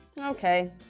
Okay